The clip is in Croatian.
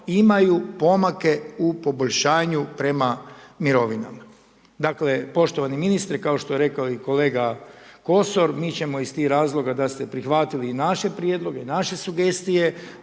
imaju pomake u poboljšanju prema mirovinama. Dakle poštovani ministre kao što je rekao i kolega Kosor mi ćemo iz tih razloga da ste prihvatili naše prijedloge, naše sugestije,